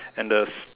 and the